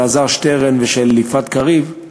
של אלעזר שטרן ושל יפעת קריב,